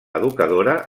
educadora